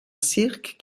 cirque